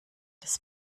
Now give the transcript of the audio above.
des